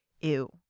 ew